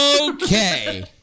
Okay